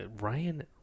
Ryan